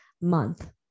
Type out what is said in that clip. month